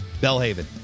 Bellhaven